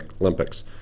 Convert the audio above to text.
olympics